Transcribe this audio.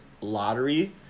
lottery